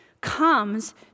comes